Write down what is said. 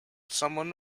someone